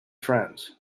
friends